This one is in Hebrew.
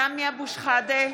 בעד סמי אבו שחאדה,